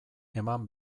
eman